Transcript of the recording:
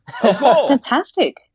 Fantastic